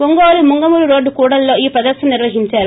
ఒంగోలు ముంగమురు రోడ్లు కూడలిలో ప్రదర్భన నిర్వహించారు